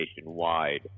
nationwide